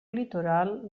litoral